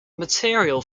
material